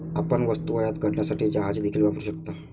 आपण वस्तू आयात करण्यासाठी जहाजे देखील वापरू शकता